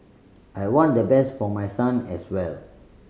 I want the best for my son as well